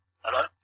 Hello